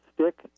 stick